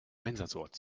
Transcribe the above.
einsatzort